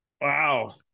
Wow